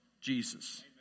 Jesus